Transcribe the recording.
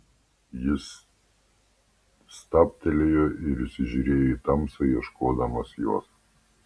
jis stabtelėjo ir įsižiūrėjo į tamsą ieškodamas jos